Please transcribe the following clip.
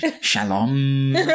Shalom